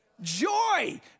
Joy